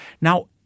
Now